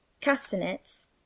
castanets